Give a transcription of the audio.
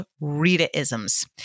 Rita-isms